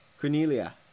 Cornelia